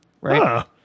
right